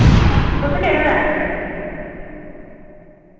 हां तुस केह्ड़े लैने न